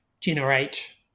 generate